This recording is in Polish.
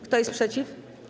Kto jest przeciw?